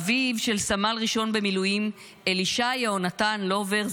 אביו של סמ"ר במילואים אלישע יהונתן לובר,